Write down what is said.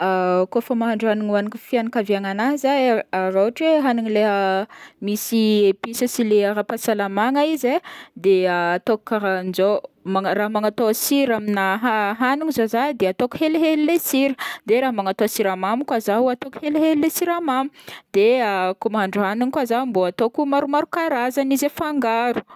Kaofa mahandro hagniny hoanink- fianankavinagnahy zaho e raha ôhatra hoe hagniny leha misy épice sy le ara-pahasalamagna izy e, de ataoko karaha anzao: raha magnatao sira amina ha- hagniny zao zaho de ataoko helihely le sira, de raha magnatao siramamy koa zaho ataoko helihely le siramamy de koa mahandro hagniny koa zaho mbô ataoko maromaro karazagny izy koa afangaro.